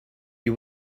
you